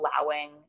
allowing